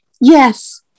Yes